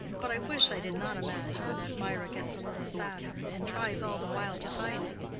but i wish i did not imagine that mirah gets a little sadder, and tries all the while to hide it.